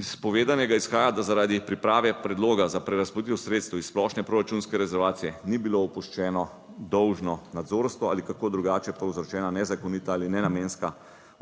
Iz povedanega izhaja, da zaradi priprave predloga za prerazporeditev sredstev iz splošne proračunske rezervacije ni bilo opuščeno dolžno nadzorstvo ali kako drugače povzročena nezakonita ali nenamenska